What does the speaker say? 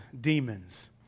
demons